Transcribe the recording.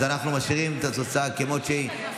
אז אנחנו משאירים את התוצאה כמות שהיא,